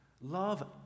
Love